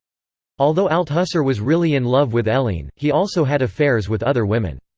although althusser was really in love with helene, he also had affairs with other women.